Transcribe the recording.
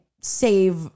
save